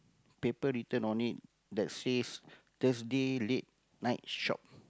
paper written on it that says Thursday late night shop